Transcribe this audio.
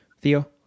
Theo